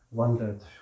wondered